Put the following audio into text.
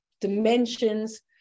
dimensions